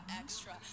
extra